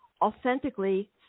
authentically